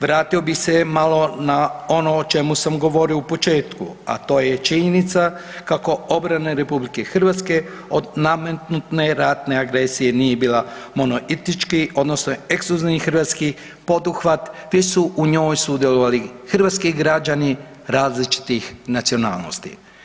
Vratio bih se malo na ono o čemu sam govorio u početku, a to je činjenica kako obrana RH od nametnute ratne agresije nije bila … odnosno ekskluzivni hrvatski poduhvat te su u njoj sudjelovali hrvatski građani različitih nacionalnosti.